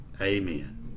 amen